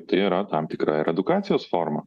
tai yra tam tikra ir edukacijos forma